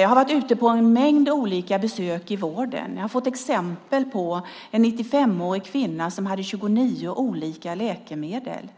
Jag har varit ute på en mängd olika besök i vården. Jag har sett exempel som en 95-årig kvinna som hade 29 olika läkemedel.